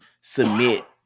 submit